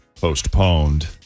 postponed